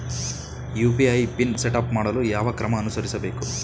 UPI pin setup ಮಾಡಲು ಯಾವ ಕ್ರಮ ಅನುಸರಿಸಬೇಕು?